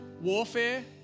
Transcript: warfare